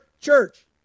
church